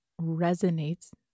resonates